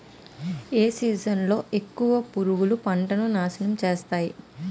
ఏ season లో ఎక్కువుగా పురుగులు పంటను నాశనం చేస్తాయి?